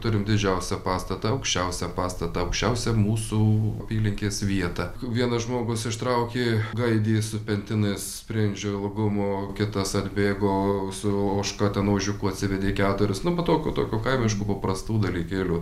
turim didžiausią pastatą aukščiausią pastatą aukščiausią mūsų apylinkės vietą vienas žmogus ištraukė gaidį su pentinais sprindžio ilgumo kitas atbėgo su ožka ten ožiukų atsivedė keturis nu va tokio tokio kaimiškų paprastų dalykėlių